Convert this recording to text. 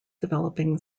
developing